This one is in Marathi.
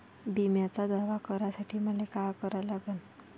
बिम्याचा दावा करा साठी मले का करा लागन?